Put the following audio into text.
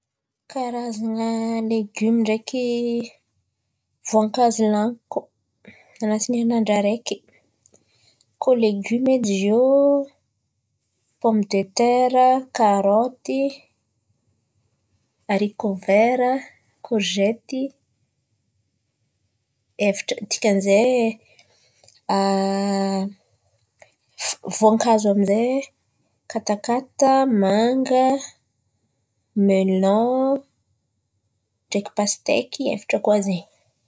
Karazan̈a legioma ndraiky voankazo laniko anatiny herinandra araiky. Kôa legioma edy izy iô: poma detera, karôty, harikô vera, korgety, efatra dikan'zay. Voankazo amin'izay: katakata, manga, melon ndraiky pasteky, efatra koà zen̈y.